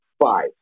five